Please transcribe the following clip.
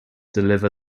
deliver